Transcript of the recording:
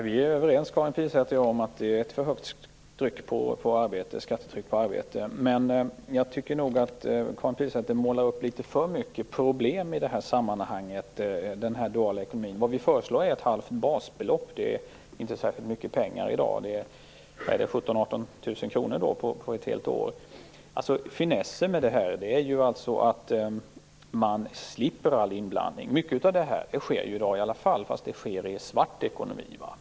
Herr talman! Karin Pilsäter och jag är överens om att det är ett för högt skattetryck på arbete, men jag tycker nog att Karin Pilsäter målar upp litet för mycket av problem med den duala ekonomin. Vi föreslår ett halvt basbelopp, vilket i dag inte är särskilt mycket pengar, ca 18 000 kr på ett helt år. Finessen med detta är att man slipper all inblandning. Mycket sådant här sker i dag ändå, fastän i en svart ekonomi.